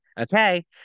Okay